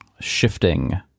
shifting